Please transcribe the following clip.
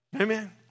Amen